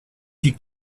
die